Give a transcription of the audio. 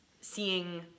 seeing